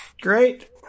Great